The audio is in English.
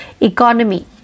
Economy